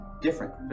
different